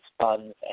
funds